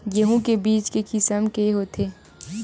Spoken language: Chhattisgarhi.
गेहूं के बीज के किसम के होथे?